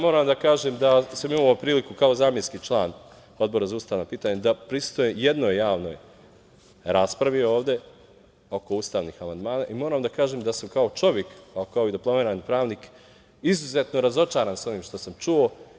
Moram da kažem da sam imao priliku kao zamenski član Odbora za ustavna pitanja da prisustvujem jednoj javnoj raspravi ovde oko ustavnih amandmana i moram da kažem da sam kao čovek, a i kao diplomirani pravnik, izuzetno razočaran onim što sam čuo.